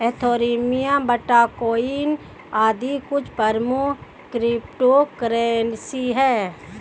Ethereum, bitcoin आदि कुछ प्रमुख क्रिप्टो करेंसी है